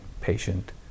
patient